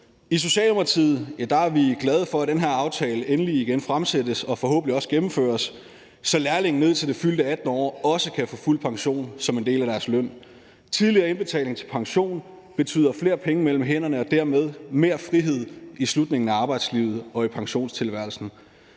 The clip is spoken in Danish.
I Socialdemokratiet er vi glade for, at det her forslag endelig igen er blevet fremsat og forhåbentlig også gennemføres, så lærlinge ned til det fyldte 18. år også kan få fuld pension som en del af deres løn. Tidligere indbetaling til pension betyder flere penge mellem hænderne og dermed mere frihed i slutningen af arbejdslivet og i pensionisttilværelsen.